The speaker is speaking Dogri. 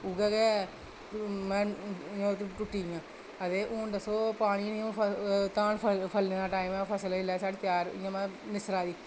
उ'ऐ गै टुट्टी दियां ते हून दस्सो पानी निं ते धान फलने दा टाइम ऐ ते इसलै फसल साढ़ी त्यार मतलब निस्सरा दी ऐ